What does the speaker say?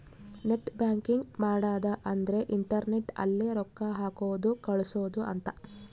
net banking ಮಾಡದ ಅಂದ್ರೆ internet ಅಲ್ಲೆ ರೊಕ್ಕ ಹಾಕೋದು ಕಳ್ಸೋದು ಅಂತ